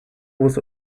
was